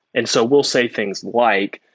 and so we'll say things like,